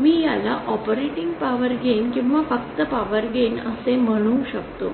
मी याला operating power gain किंवा फक्त पॉवर गेन असे म्हणू शकतो